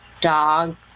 dog